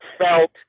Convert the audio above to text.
felt